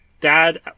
Dad